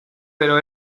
pero